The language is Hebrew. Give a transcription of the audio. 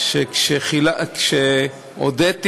כשהודיתי